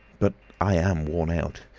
but i am worn out.